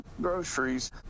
groceries